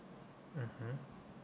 mmhmm